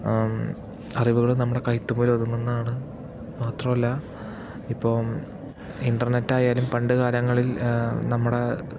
ഉം അറിവുകളും നമ്മുടെ കൈതുമ്പിലൊതുങ്ങുന്നതാണ് മാത്രല്ല ഇപ്പം ഇൻറ്റർനെറ്റായാലും പണ്ടുകാലങ്ങളിൽ നമ്മുടെ